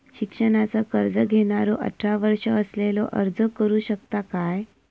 शिक्षणाचा कर्ज घेणारो अठरा वर्ष असलेलो अर्ज करू शकता काय?